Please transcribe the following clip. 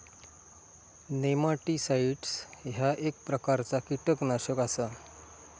nematicides ह्या एक प्रकारचा कीटकनाशक आसा